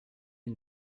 une